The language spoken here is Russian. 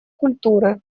культуры